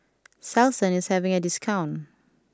Selsun is having a discount